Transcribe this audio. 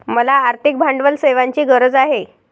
मला आर्थिक भांडवल सेवांची गरज आहे